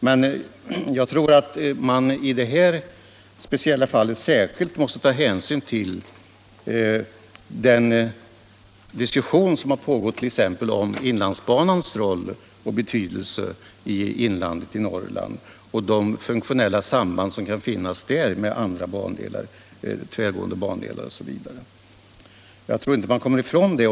Men jag tror att man i detta speciella fall särskilt måste ta hänsyn till den diskussion som har pågått om t.ex. inlandsbanans roll och betydelse i Norrlands inland och de funktionella samband som kan finnas där med andra bandelar — tvärgående bandelar osv. Jag tror inte att man kommer ifrån det.